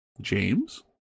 James